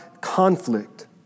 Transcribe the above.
conflict